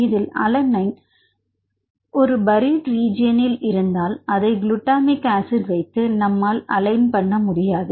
இதில் அலனைன் ஒரு பரீட் ரெஜின்னில் இருந்தால் அதை குலுட்டாமிக்ஆசிட் வைத்து நம்மால் அலைன் பண்ண முடியாது